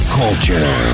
culture